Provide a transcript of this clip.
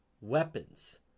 weapons